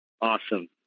awesome